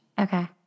Okay